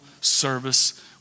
service